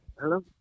Hello